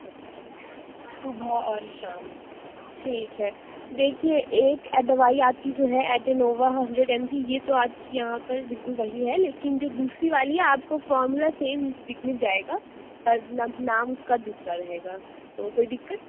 اچھا صُبح اور شام ٹھیک ہے دیکھیے ایک دوائی آج کی جو ہے ایٹن اوا ہینڈریٹ ایم جی یہ تو آپ کے یہاں پر بالکل وہی ہے لیکن جو دوسری والی ہے آپ کو فارمولا سیم مل جائے گا پر نام نام اُس کا دوسرا رہے گا تو کوئی دقت